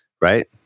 Right